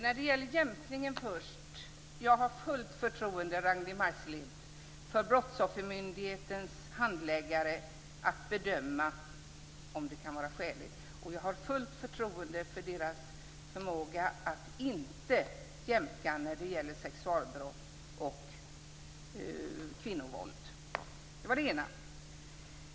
Fru talman! Jag har fullt förtroende, Ragnwi Marcelind, för Brottsoffermyndighetens handläggare när det gäller att bedöma om det kan vara skäligt med jämkning, och jag har fullt förtroende för deras förmåga att inte jämka vid sexualbrott och våld mot kvinnor.